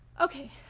Okay